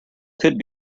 could